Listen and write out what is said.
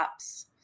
apps